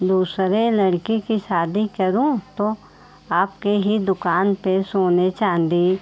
दूसरे लड़के की शादी करूँ तो आपके ही दुकान पर सोने चाँदी